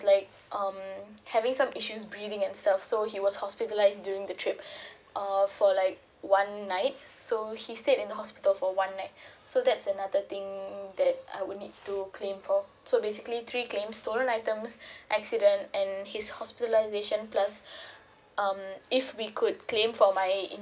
like um having some issues breathing and stuff so he was hospitalized during the trip uh for like one night so he stayed in hospital for one night so that's another thing that I would need to claim for so basically three claims stolen items accident and his hospitalization plus um if we could claim for my